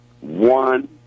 one